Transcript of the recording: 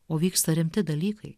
o vyksta rimti dalykai